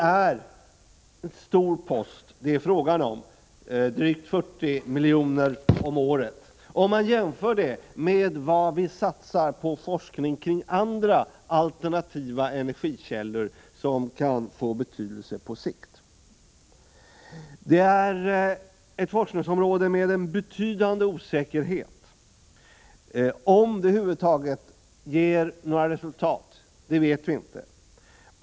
Drygt 40 milj.kr. om året är en stor post jämfört med vad vi satsar på forskning kring andra alternativa energikällor, som kan få betydelse på sikt. Det gäller ett forskningsområde med betydande osäkerhet. Om denna forskning över huvud taget ger några resultat vet vi inte.